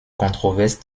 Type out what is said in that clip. controverses